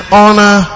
honor